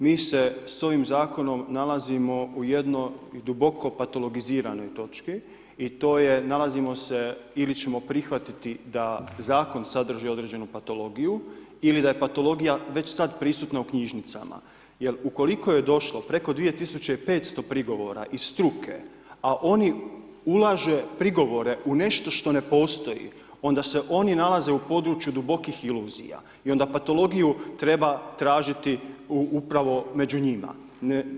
Mi se s ovim zakonom nalazimo u jednoj duboko patologiziranoj točki i to je nalazimo se ili ćemo prihvatiti da zakon sadrži određenu patologiju ili da je patologija već sad prisutna u knjižnicama jer ukoliko je došlo preko 2500 prigovora iz struke, a oni ulaže prigovore u nešto što ne postoji, onda se oni nalaze u području dubokih iluzija i onda patologiju treba tražiti upravo među njima.